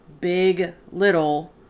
big-little